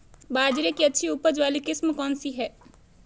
बाजरे की अच्छी उपज वाली किस्म कौनसी है?